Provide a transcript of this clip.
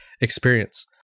experience